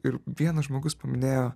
ir vienas žmogus paminėjo